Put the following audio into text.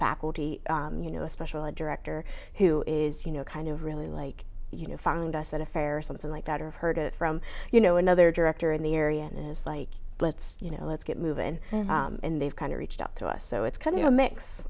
faculty you know special a director who is you know kind of really like you know find us an affair or something like that or heard it from you know another director in the area and it's like let's you know let's get moving and they've kind of reached out to us so it's kind of a mix